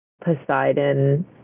Poseidon